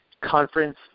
conference